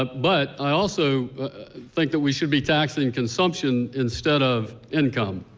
ah but i also think but we should be taxing consumption instead of income.